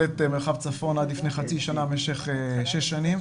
את מרחב צפון עד לפני חצי שנה במשך שש שנים,